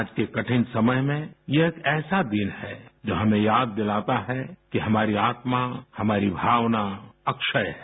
आज के कठिन समय में यह एक ऐसा दिन है जो हमें याद दिलाता है कि हमारी आत्मा हमारी भावना अक्षय है